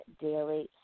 Daily